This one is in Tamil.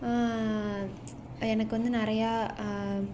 எனக்கு வந்து நிறையா